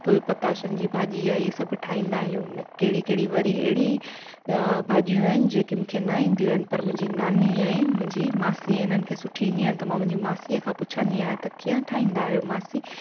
full पताशनि जी भाॼी या इहे सभु ठाहींदा आहियूं न कहिड़ी कहिड़ी वरी एड़ी भाॼियूं आहिनि जेकी मूंखे न ईंदियूं आहिनि पर मुंहिंजी नानी आहे मुंहिंजी मासी इन्हनि खे सुठी ईंदी आहिनि त मासीअ खां पुछंदी आहियां त कीअं ठाहींदा आहियो मासी